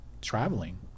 traveling